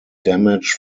damage